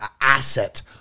asset